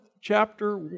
chapter